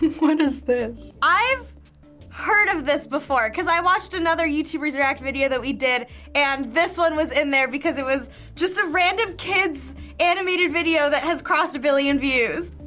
and is this? i've heard of this before, cause i watched another youtubers react video that we did and this one was in there, because it was just a random kids animated video that has crossed a billion views.